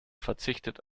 verzichtet